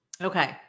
Okay